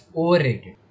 overrated